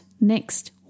next